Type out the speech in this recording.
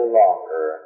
longer